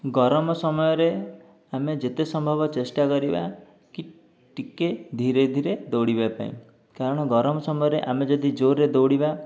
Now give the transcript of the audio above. ଗରମ ସମୟରେ ଆମେ ଯେତେ ସମ୍ଭବ ଚେଷ୍ଟା କରିବା କି ଟିକିଏ ଧିରେ ଧିରେ ଦୌଡ଼ିବା ପାଇଁ କାରଣ ଗରମ ସମୟରେ ଆମେ ଯଦି ଜୋରରେ ଦୌଡ଼ିବା